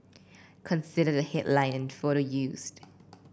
consider the headline and photo used